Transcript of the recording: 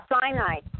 cyanide